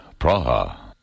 Praha